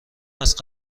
است